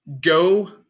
Go